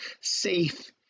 safe